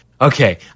okay